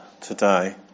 today